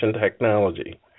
technology